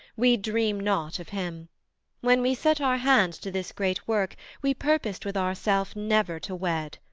we dream not of him when we set our hand to this great work, we purposed with ourself never to wed.